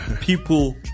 people